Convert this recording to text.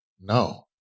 No